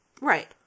Right